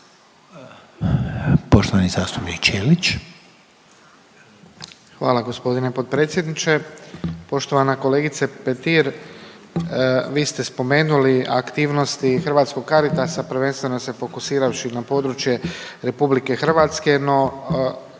Poštovani zastupnik Ćelić.